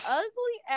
ugly